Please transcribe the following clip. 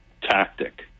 tactic